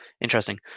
Interesting